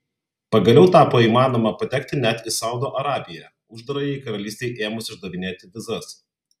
pagaliau tapo įmanoma patekti net į saudo arabiją uždarajai karalystei ėmus išdavinėti vizas